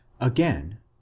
again